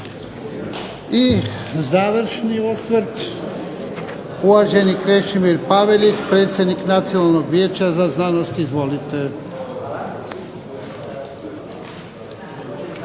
I završni osvrt, uvaženi Krešimir Pavelić predsjednik Nacionalnog vijeća za znanost. Izvolite.